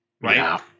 right